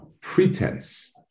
pretense